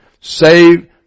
Save